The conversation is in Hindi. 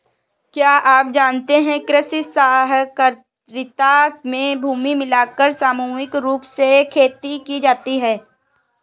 क्या आप जानते है कृषि सहकारिता में भूमि मिलाकर सामूहिक रूप से खेती की जाती है?